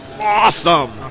awesome